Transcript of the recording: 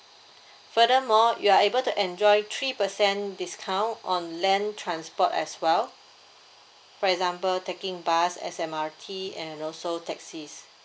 furthermore you're able to enjoy three percent discount on land transport as well for example taking bus S_M_R_T and also taxi